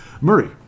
Murray